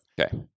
okay